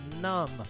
numb